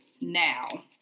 now